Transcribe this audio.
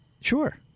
Sure